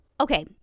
okay